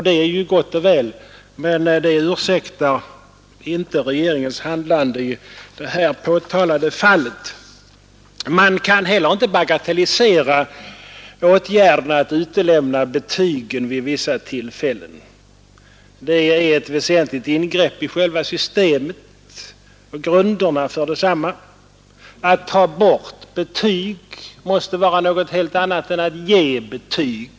Det är gott och väl, men det ursäktar inte regeringens handlande i det här påtalade fallet. Man kan heller inte bagatellisera åtgärden att utelämna betygen vid vissa tillfällen. Det är ett väsentligt ingrepp i själva systemet och i grunderna för detsamma. Att ta bort betyg måste vara någonting helt annat än att sätta betyg.